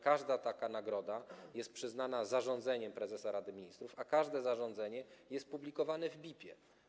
Każda taka nagroda jest przyznana zarządzeniem prezesa Rady Ministrów, a każde zarządzenie jest publikowane w BIP.